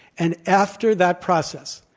and after that process,